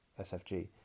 SFG